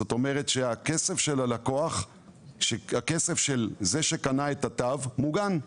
זאת אומרת, שהכסף של זה שקנה את התו מוגן.